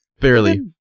barely